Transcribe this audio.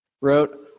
wrote